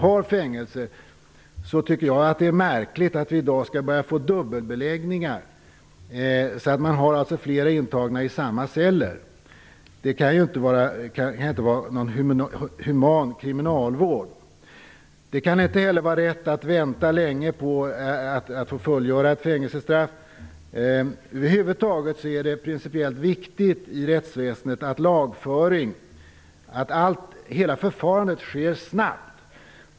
Jag tycker att det är märkligt att man i dag börjar få dubbelbeläggningar på fängelserna, dvs. att det är flera intagna i en cell. Det kan inte vara någon human kriminalvård. Det kan inte heller vara rätt att man får vänta länge på att fullgöra ett fängelsestraff. Över huvud taget är det principiellt viktigt i rättsväsendet att lagföringen sker snabbt.